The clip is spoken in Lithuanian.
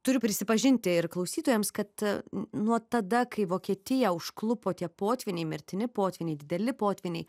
turiu prisipažinti ir klausytojams kad nuo tada kai vokietiją užklupo tie potvyniai mirtini potvyniai dideli potvyniai